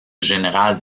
général